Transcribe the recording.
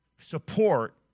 support